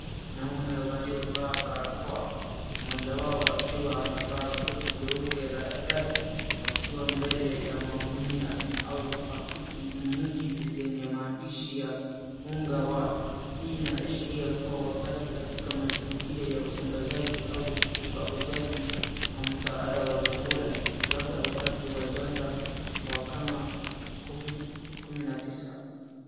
Wanaume waliovaa barakoa. mmoja wao akiwa amevaa koti jeupe la daktari. Wakiwa mbele ya magunia, au pakiti nyingi zenye maandishi ya unga wa. Hii inaashiria kuwa wakati katika mazingira ya usambazaji au ukaguzaji wa msaada wa chakula. Labda wakati wa janga wa kama Covid kumi na tisa.